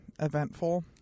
eventful